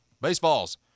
Baseballs